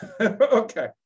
okay